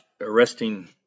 arresting